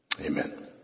Amen